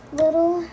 little